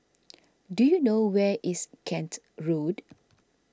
do you know where is Kent Road